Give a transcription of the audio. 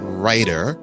writer